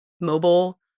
mobile